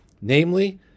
namely